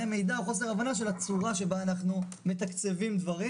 מידע או חוסר הבנה של הצורה שבה אנחנו מתקצבים דברים.